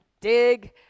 Dig